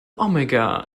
omega